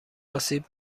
آسیب